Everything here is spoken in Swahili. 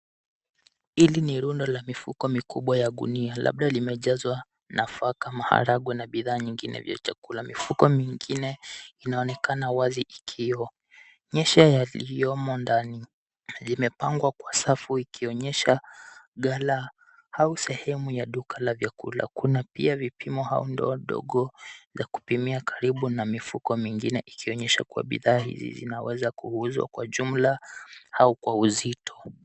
Hili ni rundo la mifuko mikubwa ya gunia, labda limejazwa nafaka, maharagwe na bidhaa nyingine vya chakula. Mifuko mingine inaonekana wazi ikionyesha yaliyomo ndani. Zimepangwa kwa safu ikionyesha ghala au sehemu ya duka la vyakula. Kuna pia vipimo au ndoo ndogo za kupimia karibu na mifuko mingine, ikionyesha kuwa bidhaa hizi zinaweza kuuzwa kwa jumla au kwa uzito.